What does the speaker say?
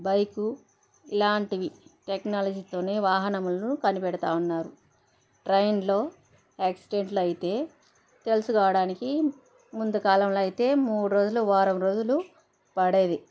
bike ఇలాంటివి టెక్నాలజీతోనే వాహనములను కనిపెడతా ఉన్నారు ట్రైన్లో యాక్సిడెంట్లు అయితే తెలుసుకోడానికి ముందు కాలంలో అయితే మూడు రోజులు వారం రోజులు పడేది